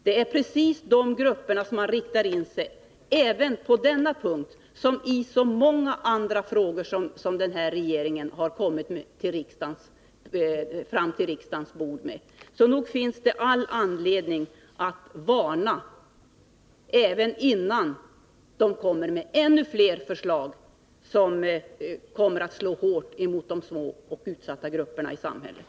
Det är precis de grupperna som man riktar in sig på med detta liksom med så många andra förslag som den här regeringen lagt på riksdagens bord. Så nog finns det all anledning att nu uttala en varning, innan regeringen lägger fram ännu fler förslag som kommer att slå hårt emot de svaga och utsatta grupperna i samhället.